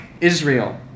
Israel